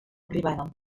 privada